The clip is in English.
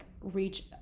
reach